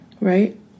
Right